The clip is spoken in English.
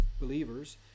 believers